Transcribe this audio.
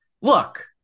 Look